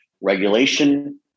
regulation